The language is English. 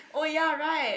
oh ya right